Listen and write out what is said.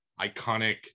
iconic